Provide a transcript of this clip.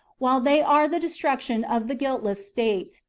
while they are the destruc tion of the guiltless state.